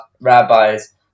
rabbis